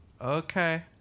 Okay